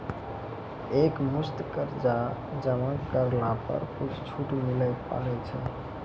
एक मुस्त कर्जा जमा करला पर कुछ छुट मिले पारे छै?